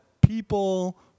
people